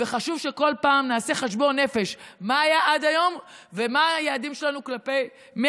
וחשוב שבכל פעם נעשה חשבון נפש מה היה עד היום ומה היעדים שלנו מהיום.